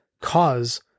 cause